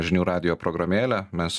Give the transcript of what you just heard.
žinių radijo programėlę mes